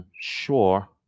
sure